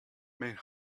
men